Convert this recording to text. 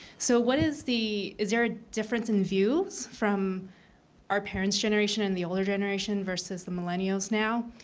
so what is the is there a difference in views from our parents' generation and the older generation versus the millennials now?